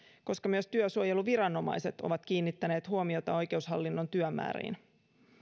koska myös työsuojeluviranomaiset ovat kiinnittäneet huomiota oikeushallinnon työmääriin